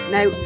Now